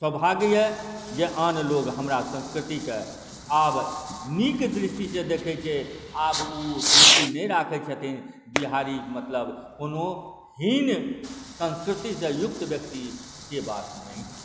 सौभाग्य यऽ जे आन लोग हमरा संस्कृतिक आब नीक दृष्टिसॅं देख़ै छै आब ओ दृष्टि नहि राखै छथिन बिहारी मतलब कोनो हीन संस्कृतिसं युक्त व्यक्ति से बात नहि छै